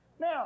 Now